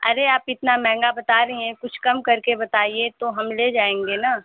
अरे आप इतना महंगा बता रही हैं कुछ कम करके बताइए तो हम ले जाएँगे ना